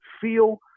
feel